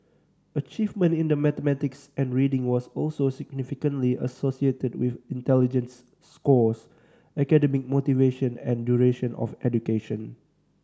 achievement in the mathematics and reading was also significantly associated with intelligence scores academic motivation and duration of education